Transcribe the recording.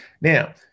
now